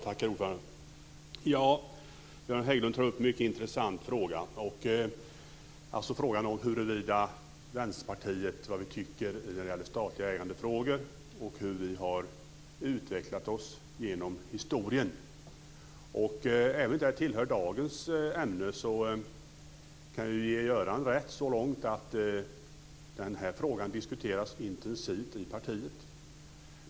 Herr talman! Göran Hägglund tar upp en mycket intressant fråga, nämligen vad vi i Vänsterpartiet tycker när det gäller frågor som handlar om statligt ägande och hur vi har utvecklat oss genom historien. Även om detta inte tillhör dagens ämne så kan jag ge Göran Hägglund rätt så långt att den här frågan diskuteras intensivt i partiet.